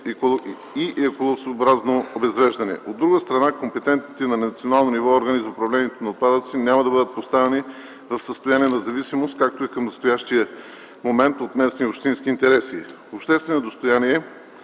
и екологосъобразно обезвреждане. От друга страна, компетентните на национално ниво органи за управлението на отпадъци няма да бъдат поставени в състояние на зависимост, както е към настоящия момент, от местни и общински интереси. Обществено достояние